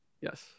yes